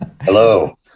Hello